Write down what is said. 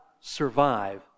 survive